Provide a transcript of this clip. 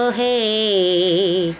hey